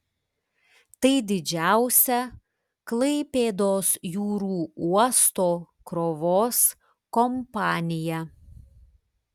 tai didžiausia klaipėdos jūrų uosto krovos kompanija